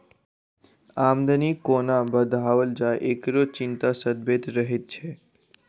आमदनी कोना बढ़ाओल जाय, एकरो चिंता सतबैत रहैत छै